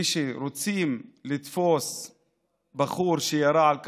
כשרוצים לתפוס בחור שירה על כספומט,